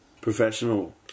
Professional